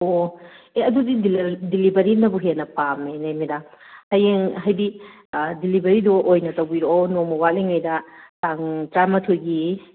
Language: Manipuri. ꯑꯣ ꯑꯦ ꯑꯗꯨꯗꯤ ꯗꯤꯂꯤꯚꯔꯤꯅꯕꯨ ꯍꯦꯟꯅ ꯄꯥꯝꯃꯦꯅꯦ ꯃꯦꯗꯥꯝ ꯍꯌꯦꯡ ꯍꯥꯏꯗꯤ ꯗꯤꯂꯤꯚꯔꯤꯗꯨ ꯑꯣꯏꯅ ꯇꯧꯕꯤꯔꯛꯑꯣ ꯅꯣꯡꯃ ꯋꯥꯠꯂꯤꯉꯩꯗ ꯇꯥꯡ ꯇꯔꯥꯃꯥꯊꯣꯏꯒꯤ